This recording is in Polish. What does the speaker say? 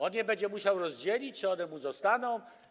On je będzie musiał rozdzielić czy one zostaną?